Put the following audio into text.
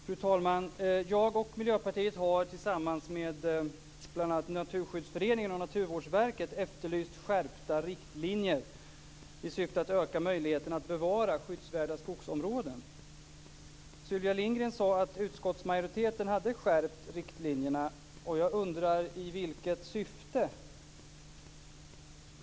Fru talman! Jag och Miljöpartiet har tillsammans med bl.a. Naturskyddsföreningen och Naturvårdsverket efterlyst skärpta riktlinjer i syfte att öka möjligheten att bevara skyddsvärda skogsområden. Sylvia Lindgren sade att utskottsmajoriteten hade skärpt riktlinjerna, och jag undrar: I vilket syfte?